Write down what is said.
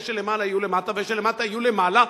שלמעלה יהיו למטה ואלה שלמטה יהיו למעלה,